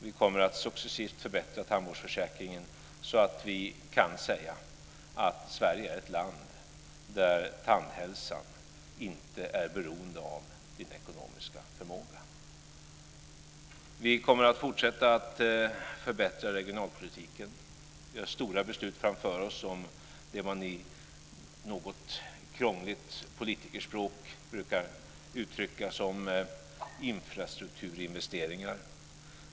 Vi kommer att successivt förbättra tandvårdsförsäkringen så att vi kan säga att Sverige är ett land där tandhälsan inte är beroende av din ekonomiska förmåga. Vi kommer att fortsätta att förbättra regionalpolitiken. Vi har stora beslut framför oss om det som på ett något krångligt politikerspråk brukar uttryckas som infrastrukturinvesteringar.